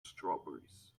strawberries